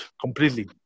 completely